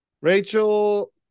Rachel